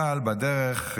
אבל בדרך,